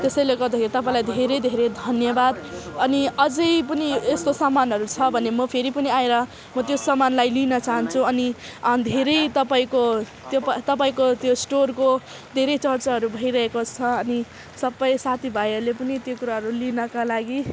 त्यसैले गर्दाखेरि तपाईँलाई धेरै धेरै धन्यवाद अनि अझै पनि यस्तो सामानहरू छ भने म फेरि पनि आएर म त्यो सामानलाई लिन चाहन्छु अनि धेरै तपाईँको त्यो तपाईँको त्यो स्टोरको धेरै चर्चाहरू भइरहेको छ अनि सबै साथीभाइहरूले पनि त्यो कुराहरू लिनका लागि